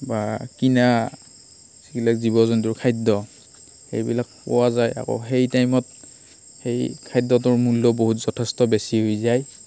বা কিনা যিগিলাক জীৱ জন্তুৰ খাদ্য় সেইবিলাক খুওৱা যায় আকৌ সেই টাইমত সেই খাদ্য়টোৰ মূল্য় বহুত যথেষ্ট বেছি হৈ যায়